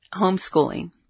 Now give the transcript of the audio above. homeschooling